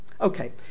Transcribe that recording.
Okay